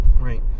right